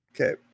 Okay